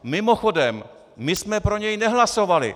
Mimochodem, my jsme pro něj nehlasovali!